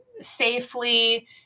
safely